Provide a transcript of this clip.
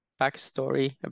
backstory